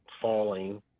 falling